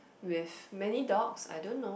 with many dogs I don't know